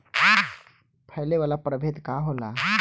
फैले वाला प्रभेद का होला?